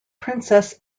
princess